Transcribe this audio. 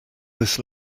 this